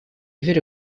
верю